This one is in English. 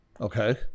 okay